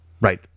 right